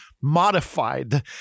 modified